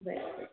બરાબર છે